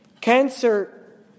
Cancer